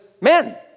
men